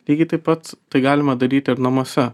lygiai taip pat tai galima daryti ir namuose